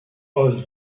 was